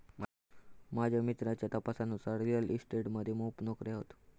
माझ्या मित्राच्या मतानुसार रिअल इस्टेट मध्ये मोप नोकर्यो हत